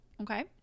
Okay